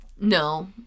no